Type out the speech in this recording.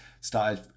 started